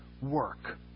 work